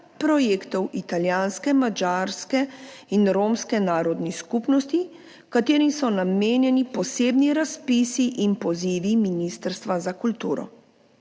projektov italijanske, madžarske in romske narodne skupnosti, katerim so namenjeni posebni razpisi in pozivi Ministrstva za kulturo.